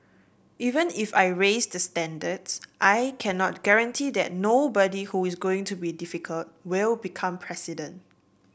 even if I raise the standards I cannot guarantee that nobody who is going to be difficult will become president